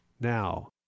now